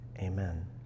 Amen